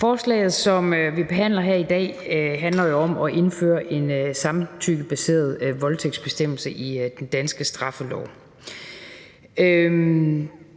Forslaget, som vi behandler her i dag, handler jo om at indføre en samtykkebaseret voldtægtsbestemmelse i den danske straffelov.